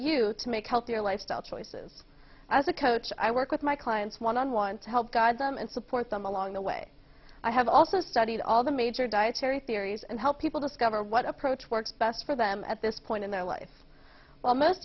you to make healthier lifestyle choices as a coach i work with my clients one on one to help guide them and support them along the way i have also studied all the major dietary theories and help people discover what approach works best for them at this point in their life almost